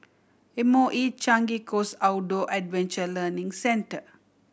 M O E Changi Coast Outdoor Adventure Learning Center